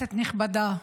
כנסת נכבדה,